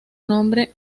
nombre